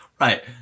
Right